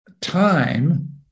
time